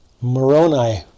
Moroni